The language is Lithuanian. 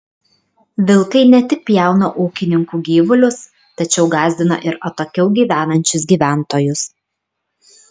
vilkai ne tik pjauna ūkininkų gyvulius tačiau gąsdina ir atokiau gyvenančius gyventojus